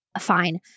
fine